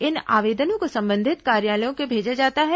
इन आवेदनों को संबंधित कार्यालयों को भेजा जाता है